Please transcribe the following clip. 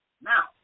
Now